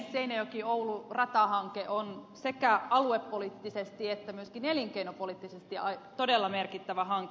seinäjokioulu ratahanke on sekä aluepoliittisesti että myöskin elinkeinopoliittisesti todella merkittävä hanke